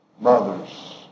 Mothers